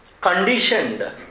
conditioned